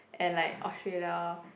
and like Australia